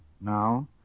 now